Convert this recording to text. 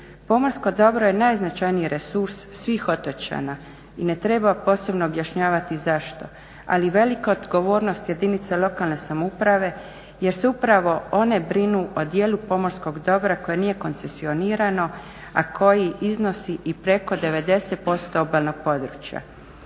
Pomorsko dobro je najznačajniji resurs svih otočana i ne treba posebno objašnjavati zašto. Ali velika odgovornost jedinica lokalne samouprave jer se upravo one brinu o dijelu pomorskog dobra koje nije koncesionirano, a koji iznosi i preko 90% obalnog područja.